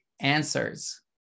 answers